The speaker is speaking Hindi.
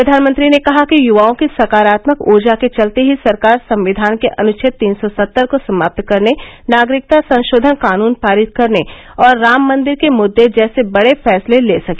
प्रधानमंत्री ने कहा कि युवाओं की सकारात्मक ऊर्जा के चलते ही सरकार संविधान के अनुच्छेद तीन सौ सत्तर को समाप्त करने नागरिकता संशोधन कानून पारित करने और राम मन्दिर के मुद्दे जैसे बड़े फैसले ले सकी